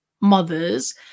mothers